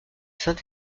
saint